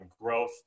growth